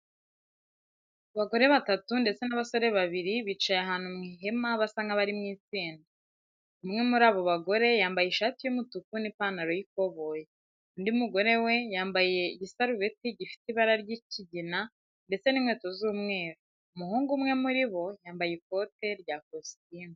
Abagore batatu ndetse n'abasore babiri bicaye ahantu mu ihema basa nk'abari mu itsinda. Umwe muri abo bagore yambaye ishati y'umutuku n'ipantaro y'ikoboyi, undi mugore we yambaye igisarubeti gifite ibara ry'ikigina ndetse n'inkweto z'umweru. Umuhungu umwe muri bo yambaye ikote rya kositimu.